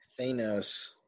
Thanos